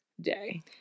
day